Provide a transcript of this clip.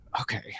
okay